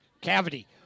Cavity